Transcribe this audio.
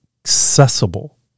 accessible